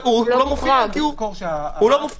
הוא כולל את רישוי עסקים.